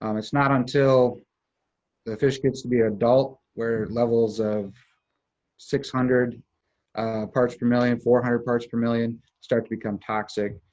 um it's not until the fish gets to be adult where levels of six hundred parts per million, four hundred parts per million, start to become toxic.